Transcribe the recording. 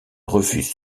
refuse